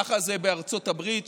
ככה זה בארצות הברית,